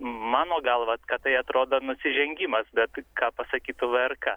mano galva kad tai atrodo nusižengimas bet ką pasakytų v r k